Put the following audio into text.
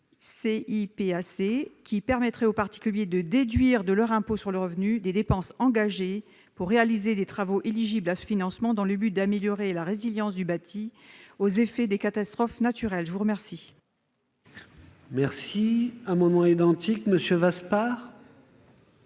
(Cipac), qui permettrait aux particuliers de déduire de leur impôt sur le revenu des dépenses engagées pour réaliser des travaux éligibles à ce financement dans le but d'améliorer la résilience du bâti aux effets des catastrophes naturelles. La parole est à M. Michel Vaspart,